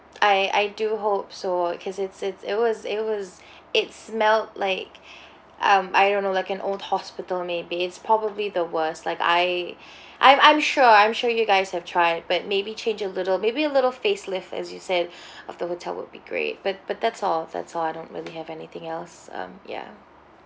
I I do hope so because it's it's it was it was it smelled like um I don't know like an old hospital may be it's probably the worse like I I'm I'm sure I'm sure you guys have tried but maybe change a little maybe a little facelift as you said of the hotel would be great but but that's all that's all I don't really have anything else um ya